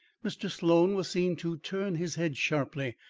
mr. sloan was seen to turn his head sharply,